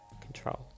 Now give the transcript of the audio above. control